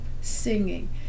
singing